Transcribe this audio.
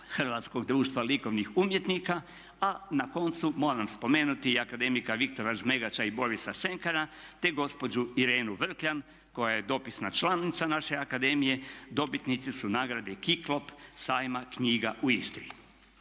Hrvatskog društva likovnih umjetnika. A na koncu moram spomenuti i akademika Viktora Žmegača i Borisa Senkera te gospođu Irenu Vrkljan koja je dopisna članica naše akademije, dobitnici su nagrade Kiklop, sajma knjiga u Istri.